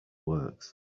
works